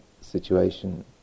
situation